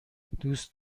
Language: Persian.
دوست